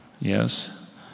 yes